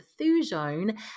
thujone